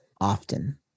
often